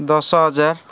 ଦଶ ହଜାର